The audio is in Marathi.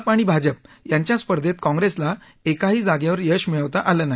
आप आणि भाजप यांच्या स्पर्धेत काँग्रेसला एकाही जागेवर यश मिळवता आलं नाही